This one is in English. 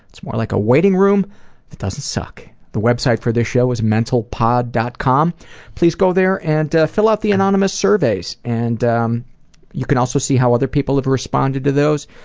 it's more like a waiting room that doesn't suck. the website for this show is mentalpod. com please go there and fill out the anonymous surveys and um you can also see how other people have responded to those,